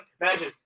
imagine